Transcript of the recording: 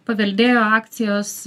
paveldėjo akcijas